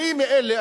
אני מאלה,